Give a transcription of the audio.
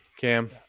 Cam